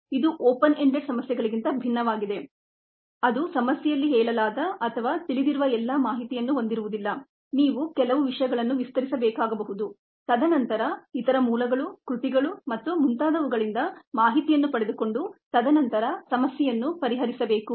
ಇದು open ended ಸಮಸ್ಯೆಗಳಿಗಿಂತ ಭಿನ್ನವಾಗಿದೆ ಅದು ಸಮಸ್ಯೆಯಲ್ಲಿ ಹೇಳಲಾದ ಅಥವಾ ತಿಳಿದಿರುವ ಎಲ್ಲ ಮಾಹಿತಿಯನ್ನು ಹೊಂದಿರುವುದಿಲ್ಲ ನೀವು ಕೆಲವು ವಿಷಯಗಳನ್ನು ವಿಸ್ತರಿಸಬೇಕಾಗಬಹುದು ತದನಂತರ ಇತರ ಮೂಲಗಳು ಕೃತಿಗಳು ಮತ್ತು ಮುಂತಾದವುಗಳಿಂದ ಮಾಹಿತಿಯನ್ನು ಪಡೆದುಕೊಂಡು ತದನಂತರ ಸಮಸ್ಯೆಯನ್ನು ಪರಿಹರಿಸಬೇಕು